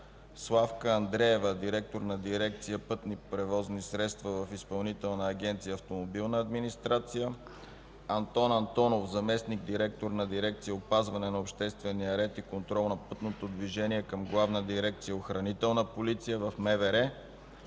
Славка Андреева – директор на Дирекция „Пътни превозни средства” в Изпълнителна агенция „Автомобилна администрация”, Антон Антонов – заместник-директор на Дирекция „Опазване на обществения ред и контрол на пътното движение” към Главна дирекция „Охранителна полиция” в МВР,